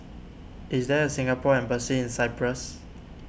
is there a Singapore Embassy in Cyprus